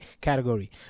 category